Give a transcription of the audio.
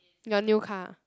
your new car ah